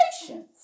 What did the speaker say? patience